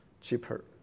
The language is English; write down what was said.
cheaper